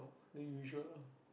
the usual